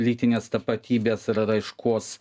lytinės tapatybės ir raiškos